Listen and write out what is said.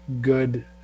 good